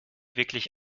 wirklich